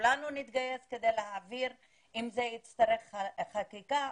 שכולנו נתגייס כדי להעביר אם הצטרך חקיקה,